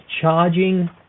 charging